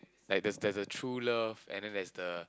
like there's the there's the true love and then there's the